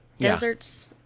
deserts